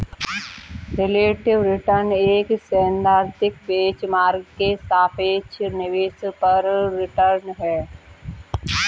relative return एक सैद्धांतिक benchmark के सापेक्ष निवेश पर रिटर्न है